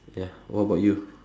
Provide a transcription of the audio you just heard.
ya what about you